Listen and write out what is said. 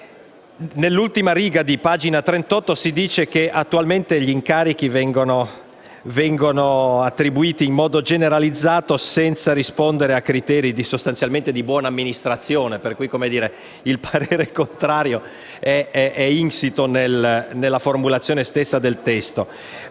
Nell'ordine del giorno G43 si afferma che attualmente gli incarichi vengono attribuiti in modo generalizzato senza rispondere sostanzialmente a criteri di buona amministrazione, per cui il parere contrario è insito nella formulazione stessa del testo.